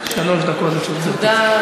יודע,